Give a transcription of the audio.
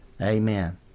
Amen